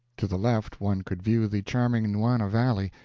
to the left one could view the charming nuuana valley,